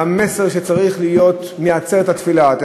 והמסר מעצרת התפילה אתמול שצריך להיות,